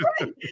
Right